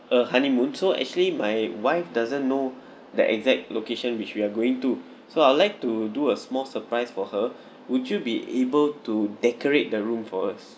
a honeymoon so actually my wife doesn't know the exact location which we're going to so I would like to do a small surprise for her would you be able to decorate the room for us